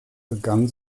begann